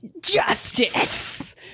justice